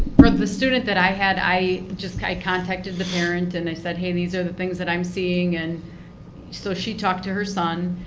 the student that i had i kind of contacted the parent and i said hey these are the things that i'm seeing. and so she talked to her son.